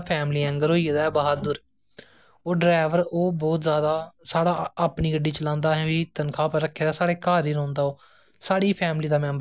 college तुस लाई लेऔ ते यूनिबर्सिटियां लाई लैओ तुस उत्थै जेहडे़ आर्ट एंड कराफ्ट दे अजकल लोकें सब्जेक्ट बनाई ओड़े दे एह् इक टाइप दे सब्जेक्ट बनाए दे ना